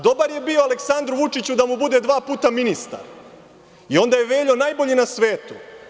Dobar je bio Aleksandru Vučiću da mu bude dva puta ministar i onda je Veljo najbolji na svetu.